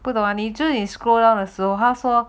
不懂你这里 scroll down 的时候他说